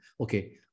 okay